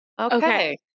okay